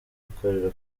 ikorera